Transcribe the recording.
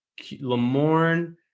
Lamorne